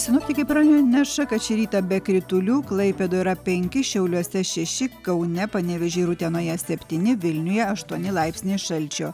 sinoptikai praneša kad šį rytą be kritulių klaipėdoje yra penki šiauliuose šeši kaune panevėžyje ir utenoje septyni vilniuje aštuoni laipsniai šalčio